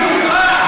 מה ערוץ 20 נותן לנו?